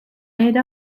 made